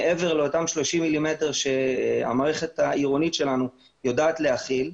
מעבר לאותם 30 מילימטר שהמערכת העירונית שלנו יודעת להכיל,